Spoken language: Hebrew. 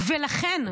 ולכן,